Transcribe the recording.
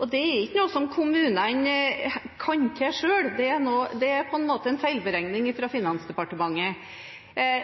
og det er ikke noe som kommunene kan noe for selv, det er en feilberegning fra Finansdepartementet.